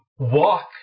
Walk